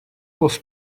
was